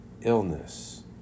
illness